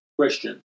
Christian